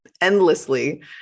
endlessly